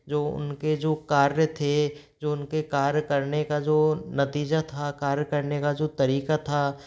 जो उनके जो कार्य थे जो उनके कार्य करने का जो नतीजा था कार्य करने का जो तरीका था